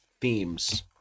themes